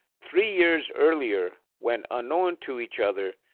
three years earlier when unknown to each other,